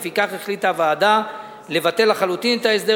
לפיכך החליטה הוועדה לבטל לחלוטין את ההסדר